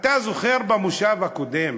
אתה זוכר, במושב הקודם